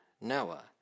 Noah